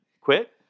quit